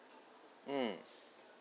mm